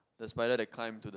the spider that climb to the